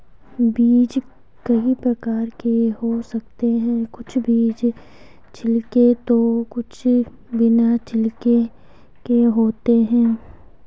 बीज कई प्रकार के हो सकते हैं कुछ बीज छिलके तो कुछ बिना छिलके के होते हैं